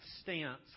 stance